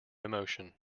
emotion